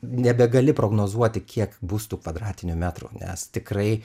nebegali prognozuoti kiek bus tų kvadratinių metrų nes tikrai